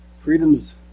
freedom's